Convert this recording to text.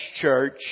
Church